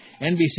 NBC